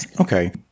Okay